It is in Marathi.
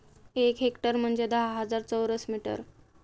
एक हेक्टर म्हणजे दहा हजार चौरस मीटर